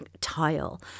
tile